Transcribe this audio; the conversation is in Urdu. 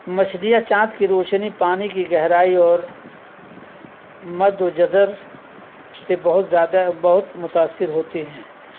مچھلیاں چاند کی روشنی پانی کی گہرائی اور مدو جزر سے بہت زیادہ بہت متاثر ہوتی ہیں